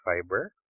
fiber